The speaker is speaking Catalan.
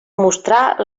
mostrà